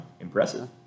Impressive